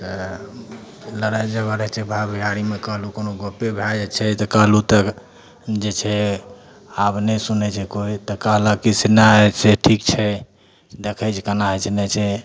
तऽ लड़ाइ झगड़ होइ छै भाय भैयारीमे कहलहुँ कोनो गपे भए जाइ छै तऽ कहलहुँ तऽ जे छै आब नहि सुनय छै कोइ तऽ कहलक की से नहि से ठीक छै देखय छियै केना होइ छै नहि होइ छै